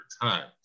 time